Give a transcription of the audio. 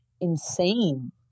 insane